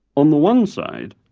on the one side,